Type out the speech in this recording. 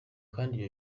kandi